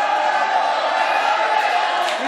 היא